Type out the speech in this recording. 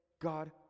god